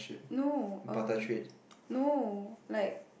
no um no like